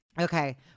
Okay